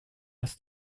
lass